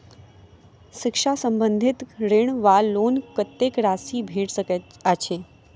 शिक्षा संबंधित ऋण वा लोन कत्तेक राशि भेट सकैत अछि?